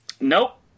Nope